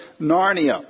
Narnia